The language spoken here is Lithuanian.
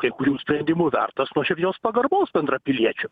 kai kurių sprendimų vertas nuoširdžios pagarbos bendrapiliečių